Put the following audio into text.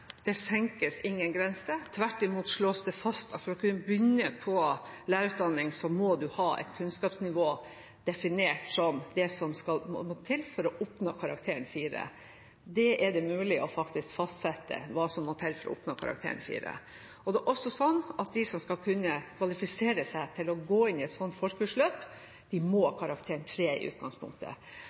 Det senkes ingen grense. Tvert imot slås det fast at for å kunne begynne på lærerutdanning, må man ha et kunnskapsnivå definert som det som må til for å oppnå karakteren 4. Det er faktisk mulig å fastsette hva som må til for å oppnå karakteren 4. Det er også sånn at de som skal kunne kvalifisere seg til å gå inn i et sånt forkursløp, må ha karakteren 3 i utgangspunktet.